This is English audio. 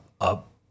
up